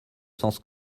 sens